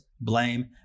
blame